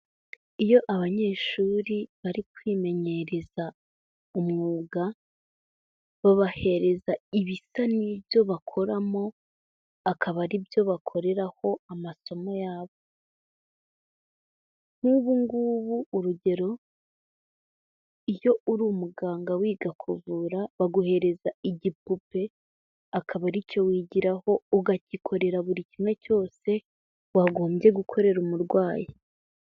Iyo abanyeshuri bari kwimenyereza umwuga, babahereza ibisa n'ibyo bakoramo, akaba ari byo bakoreraho amasomo yabo, nk'ubu ngubu urugero, iyo uri umuganga wiga kuvura, baguhereza igipupe, akaba ari cyo wigiraho, ukagikorera buri kimwe cyose wagombye gukorera umurwayi.